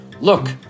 Look